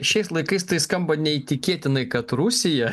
šiais laikais tai skamba neįtikėtinai kad rusija